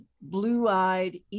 blue-eyed